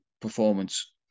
performance